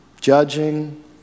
judging